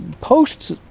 posts